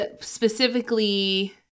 specifically